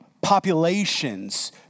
populations